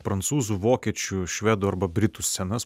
prancūzų vokiečių švedų arba britų scenas